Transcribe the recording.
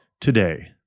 today